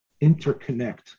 interconnect